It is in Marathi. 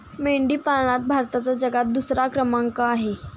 मेंढी पालनात भारताचा जगात दुसरा क्रमांक आहे